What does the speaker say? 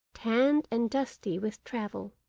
tanned and dusty with travel,